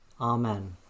Amen